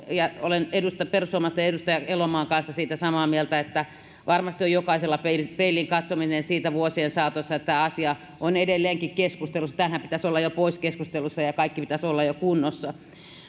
olen perussuomalaisten edustaja elomaan kanssa siitä samaa mieltä että varmasti on jokaisella peiliin peiliin katsominen vuosien saatossa siinä että asia on edelleenkin keskustelussa tämänhän pitäisi olla jo pois keskustelusta ja kaiken pitäisi olla jo kunnossa